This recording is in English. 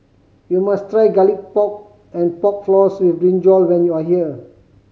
you must try Garlic Pork and Pork Floss with brinjal when you are here